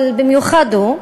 אבל במיוחד הוא,